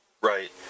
Right